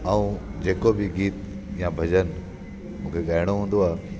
ऐं जेको बि गीत या भॼनु मूंखे ॻाइणो हूंदो आहे